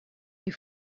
you